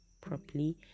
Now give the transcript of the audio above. properly